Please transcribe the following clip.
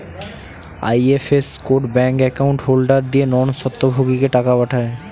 IFS code bank account holder দিয়ে non স্বত্বভোগীকে টাকা পাঠায়